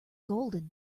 golden